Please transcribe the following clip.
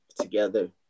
together